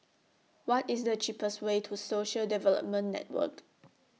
What IS The cheapest Way to Social Development Network